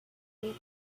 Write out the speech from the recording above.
great